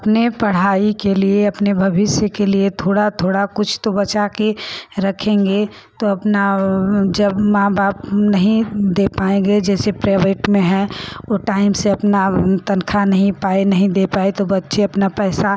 अपनी पढ़ाई के लिए अपने भविष्य के लिए थोड़ा थोड़ा कुछ तो बचाकर रखेंगे तो अपना जब माँ बाप नहीं दे पाएँगे जैसे प्राइवेट में है वह टाइम से अपना तन्ख़्वाह नहीं पाए नहीं दे पाए तो बच्चे अपना पैसा